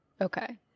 Okay